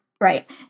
Right